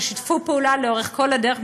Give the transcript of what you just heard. ששיתפו פעולה לאורך כל הדרך,